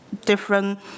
different